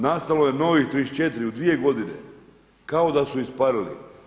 Nastalo je novih 34 u dvije godine, kao da su isparili.